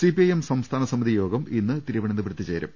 CPIM സംസ്ഥാനസ്മിതി യോഗം ഇന്ന് തിരുവനന്ത പുരത്ത് ചേരും